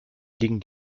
liegen